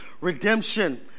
redemption